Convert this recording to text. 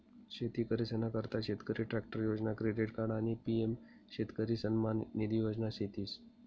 शेतकरीसना करता शेतकरी ट्रॅक्टर योजना, क्रेडिट कार्ड आणि पी.एम शेतकरी सन्मान निधी योजना शेतीस